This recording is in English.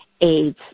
aids